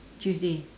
tuesday